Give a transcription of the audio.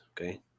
Okay